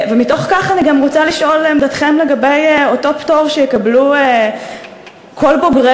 ומתוך כך אני גם רוצה לשאול לעמדתכם לגבי אותו פטור שיקבלו כל בוגרי